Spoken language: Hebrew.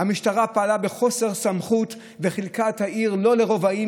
המשטרה פעלה בחוסר סמכות וחילקה את העיר לא לרבעים,